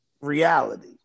reality